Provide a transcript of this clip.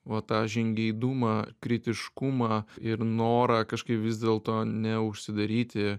va tą žingeidumą kritiškumą ir norą kažkaip vis dėlto neužsidaryti